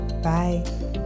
Bye